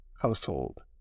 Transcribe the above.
household